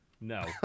No